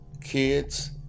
kids